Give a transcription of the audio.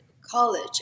college